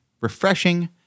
refreshing